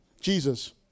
Jesus